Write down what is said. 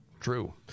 True